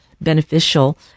beneficial